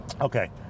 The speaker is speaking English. Okay